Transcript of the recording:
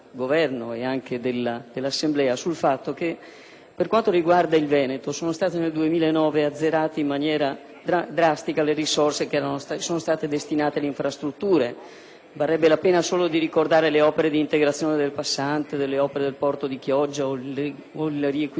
per quanto riguarda il Veneto, nel 2009 sono state azzerate in maniera drastica le risorse destinate alle infrastrutture. Varrebbe la pena ricordare anche solo le opere di integrazione del Passante, le opere del porto di Chioggia, il riequilibrio idrogeologico della laguna, i fondi dell'ANAS